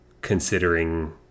considering